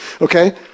okay